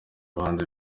abahanzi